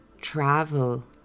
Travel